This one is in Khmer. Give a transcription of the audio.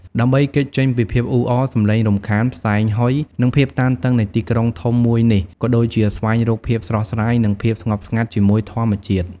ដើម្បីគេចចេញពីភាពអ៊ូអរ សំឡេងរំខាន ផ្សែងហុយ និងភាពតានតឹងនៃទីក្រុងធំមួយនេះ ក៏ដូចជាស្វែងរកភាពស្រស់ស្រាយនិងភាពស្ងប់ស្ងាត់ជាមួយធម្មជាតិ។